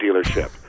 dealership